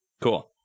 Cool